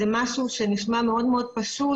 זה משהו שנשמע מאוד מאוד פשוט,